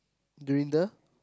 during the